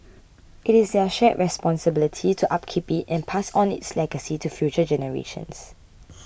it is their shared responsibility to upkeep it and pass on its legacy to future generations